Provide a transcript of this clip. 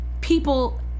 people